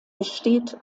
besteht